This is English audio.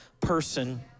person